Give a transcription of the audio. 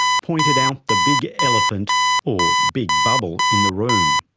pointed out the big elephant or big bubble in the room.